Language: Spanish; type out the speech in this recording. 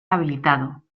habilitado